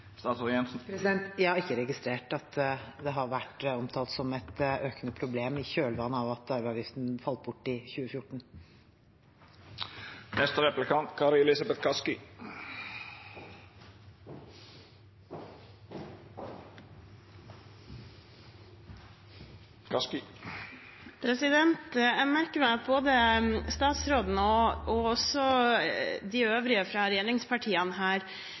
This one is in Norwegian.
Jeg har ikke registrert at det har vært omtalt som et økende problem i kjølvannet av at arveavgiften falt bort i 2014. Jeg merker meg at både statsråden og også de øvrige fra regjeringspartiene